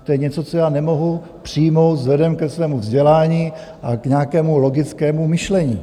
To je něco, co já nemohu přijmout vzhledem ke svému vzdělání a k nějakému logickému myšlení.